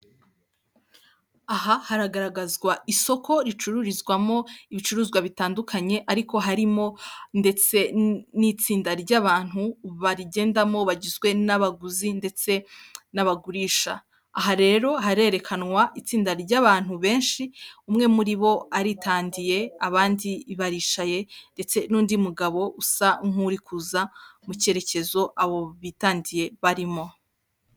Aha hagaragazwa isoko ricururizwamo ibicuruzwa bitandukanye, ariko harimo ndetse n'itsinda ry'abantu barigendamo bagizwe n'abaguzi ndetse n'abagurisha, aha rero harerekanwa itsinda ry'abantu benshi umwe muri bo aritandiye, abandi baricaye ndetse n'undi mugabo usa nk'uri kuza mu cyerekezo abo bitangiye barimo.